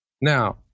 Now